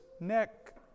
neck